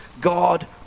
god